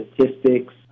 statistics